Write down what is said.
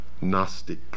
Gnostic